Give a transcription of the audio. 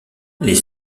les